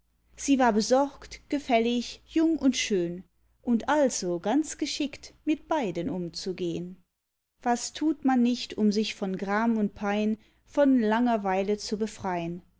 sie war besorgt gefällig jung und schön und also ganz geschickt mit beiden umzugehn was tut man nicht um sich von gram und pein von langerweile zu befrein